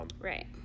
Right